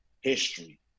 history